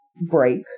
break